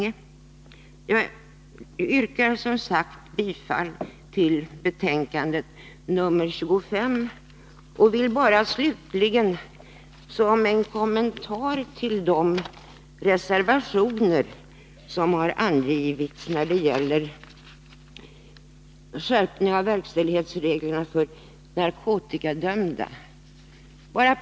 Jag yrkar som sagt bifall till utskottets hemställan i justitieutskottets betänkande 25. Jag skall slutligen något kommentera de reservationer som har avgivits om skärpning av verkställighetsreglerna för narkotikadömda.